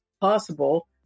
possible